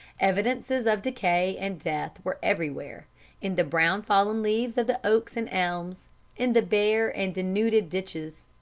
evidences of decay and death were everywhere in the brown fallen leaves of the oaks and elms in the bare and denuded ditches.